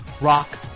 Rock